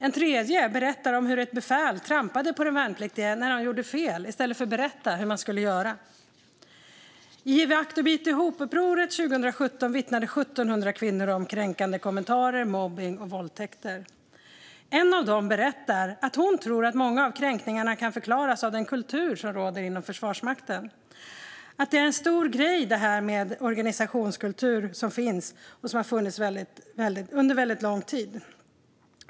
En tredje berättar om hur ett befäl trampade på de värnpliktiga när de gjorde fel i stället för att berätta hur man skulle göra. I uppropet Giv akt och bit ihop 2017 vittnade 1 700 kvinnor om kränkande kommentarer, mobbning och våldtäkter. En av dem berättar att hon tror att många av kränkningarna kan förklaras av den kultur som råder inom Försvarsmakten: "En stor grej är den organisationskultur som vi har och som har funnits under väldigt, väldigt lång tid.